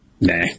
Nah